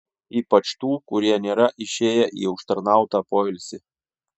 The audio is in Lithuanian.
ypač tų kurie nėra išėję į užtarnautą poilsį